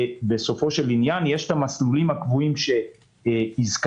יש את המסלולים הקבועים שהזכרת,